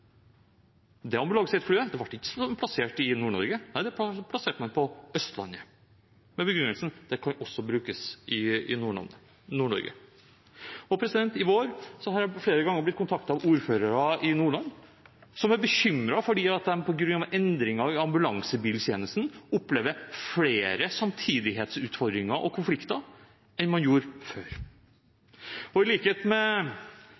Det ambulansejetflyet ble ikke plassert i Nord-Norge. Nei, det ble plassert på Østlandet – med den begrunnelsen at det også kan brukes i Nord-Norge. I vår har jeg flere ganger blitt kontaktet av ordførere i Nordland, som er bekymret fordi de på grunn av endringer i ambulansebiltjenesten opplever flere samtidighetsutfordringer og konflikter enn man gjorde før. I likhet med